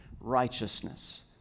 righteousness